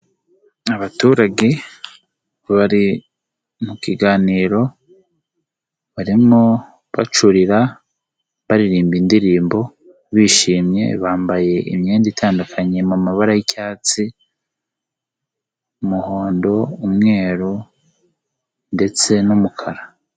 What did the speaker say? Abaturage bari mu kiganiro barimo bacurira baririmba indirimbo bishimye bambaye imyenda itandukanye mu mabara y'icyatsi, umuhondo, umweru ndetse n'umukara.